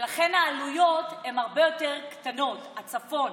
ולכן העלויות הרבה יותר גדולות בצפון,